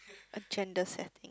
agenda setting